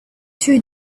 two